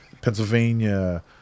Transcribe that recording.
pennsylvania